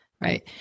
right